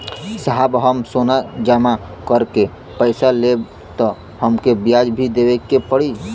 साहब हम सोना जमा करके पैसा लेब त हमके ब्याज भी देवे के पड़ी?